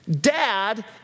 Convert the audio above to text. Dad